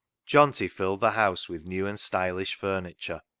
johnty filled the house with new and stylish furniture,